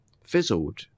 fizzled